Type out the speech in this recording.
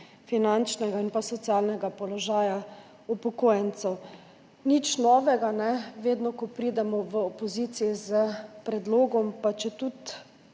finančnega in socialnega položaja upokojencev. Nič novega. Vedno, ko pridemo v opoziciji s predlogom, pa četudi